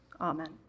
Amen